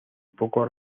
poco